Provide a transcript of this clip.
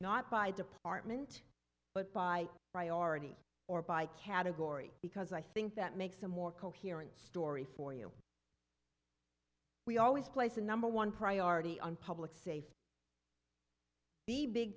not by department but by priority or by category because i think that makes a more coherent story for you we always place a number one priority on public safety the big